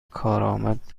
کارآمد